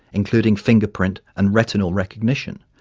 including fingerprint and retinal recognition,